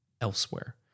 Elsewhere